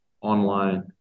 online